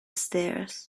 stairs